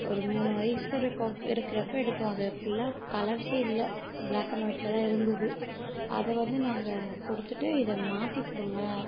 ஒரு மூணு வயது இருக்கும் இருக்கிறப்போ எடுத்தோம் அதை ஃபுல்லா கலர்ஸ்ஸே இல்லை பிளாக் அண்ட் ஒயிட்ல தான் இருந்தது அதை வந்து நாங்கள் கொடுத்துட்டு இதை மாத்திக்கொடுங்க